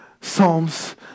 Psalms